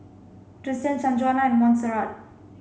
Tristan Sanjuana Montserrat